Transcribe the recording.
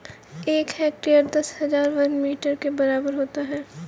एक हेक्टेयर दस हजार वर्ग मीटर के बराबर होता है